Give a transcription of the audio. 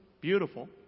Beautiful